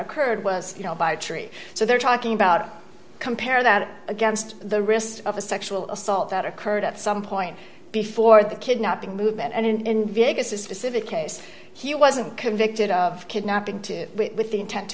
occurred was you know by a tree so they're talking about compare that against the wrist of a sexual assault that occurred at some point before the kidnapping movement and in vegas a specific case he wasn't convicted of kidnapping to with the intent to